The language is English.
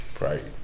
Right